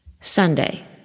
Sunday